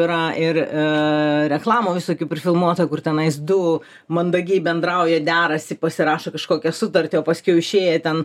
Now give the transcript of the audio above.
yra ir reklamų visokių prifilmuota kur tenai du mandagiai bendrauja derasi pasirašo kažkokią sutartį o paskiau išėję ten